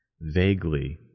Vaguely